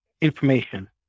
information